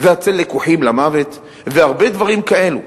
ו'הצל לקוחים למוות', והרבה דברים כאלו".